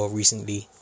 recently